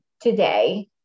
today